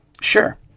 sure